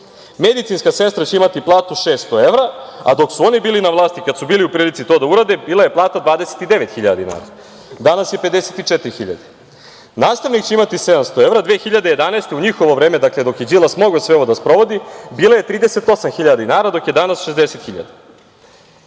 Medicinska sestra će imati platu 600 evra, a dok su oni bili na vlasti, kada su bili u prilici da to urade, bila je plata 29.000 dinara, danas je 54.000.Nastavnik će imati 700 evra 2011. godine u njihovo vreme, dakle, dok je Đilas mogao sve ovo da sprovodi bila je 38.000 dinara, dok je danas 60.000.